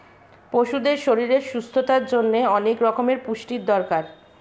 পশুদের শরীরের সুস্থতার জন্যে অনেক রকমের পুষ্টির দরকার